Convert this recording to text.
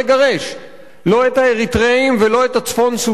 ולא את הצפון-סודנים ואלה שמגיעים מחבל דארפור,